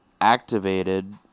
activated